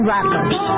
Rappers